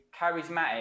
charismatic